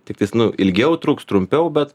tiktais nu ilgiau truks trumpiau bet